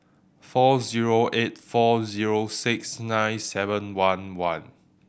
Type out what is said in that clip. four zero eight four zero six nine seven one one